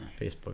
Facebook